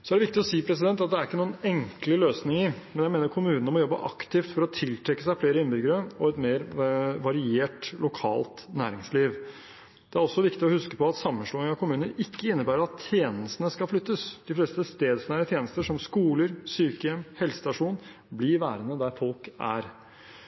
Så er det viktig å si at det er ikke noen enkle løsninger, men jeg mener kommunene må jobbe aktivt for å tiltrekke seg flere innbyggere og et mer variert lokalt næringsliv. Det er også viktig å huske på at sammenslåing av kommuner ikke innebærer at tjenestene skal flyttes. De fleste stedsnære tjenester som skoler, sykehjem og helsestasjon blir værende der folk